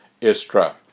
Istra